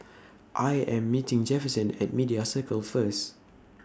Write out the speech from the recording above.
I Am meeting Jefferson At Media Circle First